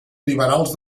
liberals